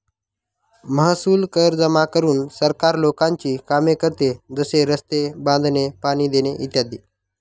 महसूल कर जमा करून सरकार लोकांची कामे करते, जसे रस्ते बांधणे, पाणी देणे इ